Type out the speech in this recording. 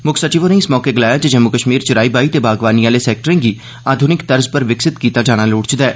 मुक्ख सचिव होरें इस मौके गलाया जे जम्मू कश्मीर च राई बाई ते बागवानी आह्ले सैक्टरें गी आधुनिक तर्ज उप्पर विकसित कीता जाना लोड़चदा ऐ